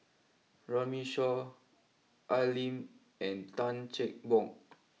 Runme Shaw Al Lim and Tan Cheng Bock